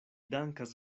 dankas